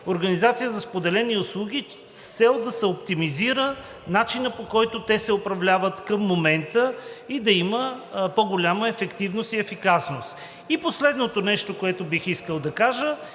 организация за споделени услуги с цел да се оптимизира начинът, по който те се управляват към момента, и да има по-голяма ефективност и ефикасност. Последното нещо, което бих искал да кажа,